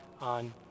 on